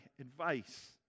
advice